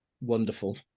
wonderful